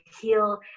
heal